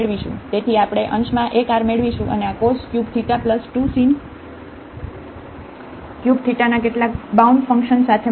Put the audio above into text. તેથી આપણે અંશમાં એક r મેળવીશું અને આ cos cube theta 2 sin cube થીટાના કેટલાક બાઉન્ડ ફંકશન સાથે મળીશું